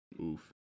Oof